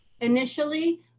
Initially